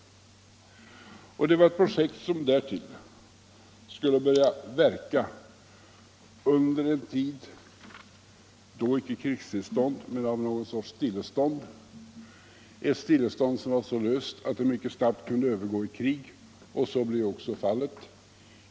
Det var ett projekt som därtill skulle börja verka under en tid då icke krigstillstånd rådde, men någon sorts stillestånd, ett stillestånd som var så löst att det mycket snabbt kunde övergå i krig. Så blev också fallet.